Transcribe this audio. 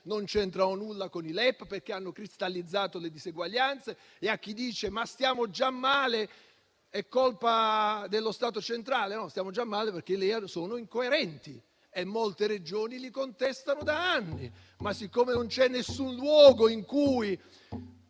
non c'entrano nulla con i LEP, perché hanno cristallizzato le diseguaglianze. E a chi dice che stiamo già male ed è colpa dello Stato centrale, rispondo che non è così: stiamo già male perché i LEA sono incoerenti e molte Regioni li contestano da anni; ma, siccome non c'è alcun luogo in cui